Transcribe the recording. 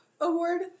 award